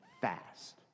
fast